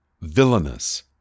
villainous